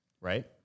right